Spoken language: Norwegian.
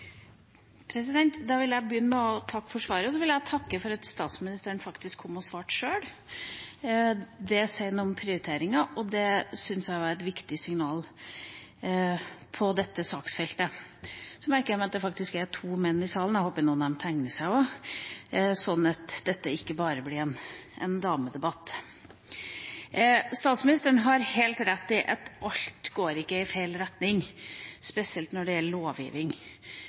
vil begynne med å takke for svaret, og så vil jeg takke for at statsministeren faktisk kom og svarte sjøl. Det sier noe om prioriteringen, og det syns jeg er et viktig signal til dette saksfeltet. Så merker jeg meg at det faktisk er to menn i salen, og jeg håper at også noen av dem tegner seg, slik at dette ikke bare blir en damedebatt. Statsministeren har helt rett i at ikke alt går i feil retning, spesielt ikke når det gjelder